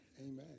Amen